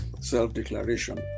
Self-declaration